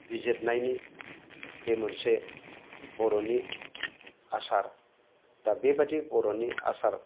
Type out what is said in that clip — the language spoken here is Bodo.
बिजिरनायनि बे मोनसे बर'नि आसार दा बेबादि बर'नि आसार